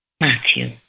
Matthew